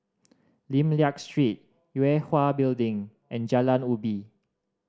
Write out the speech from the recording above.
Lim Liak Street Yue Hwa Building and Jalan Ubi